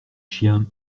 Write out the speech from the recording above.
chien